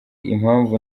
impamvu